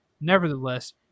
nevertheless